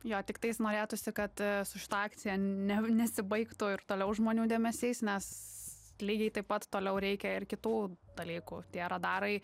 jo tiktais norėtųsi kad su šita akcija ne nesibaigtų ir toliau žmonių dėmesys nes lygiai taip pat toliau reikia ir kitų dalykų tie radarai